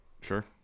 Sure